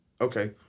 Okay